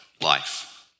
life